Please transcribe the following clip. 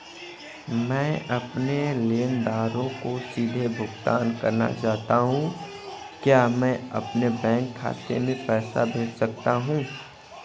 मैं अपने लेनदारों को सीधे भुगतान करना चाहता हूँ क्या मैं अपने बैंक खाते में पैसा भेज सकता हूँ?